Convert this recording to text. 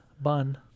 bun